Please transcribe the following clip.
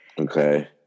Okay